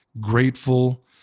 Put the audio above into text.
grateful